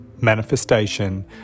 manifestation